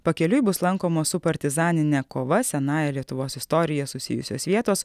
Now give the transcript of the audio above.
pakeliui bus lankomos su partizanine kova senąja lietuvos istorija susijusios vietos